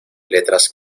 letras